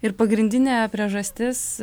ir pagrindinė priežastis